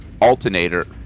alternator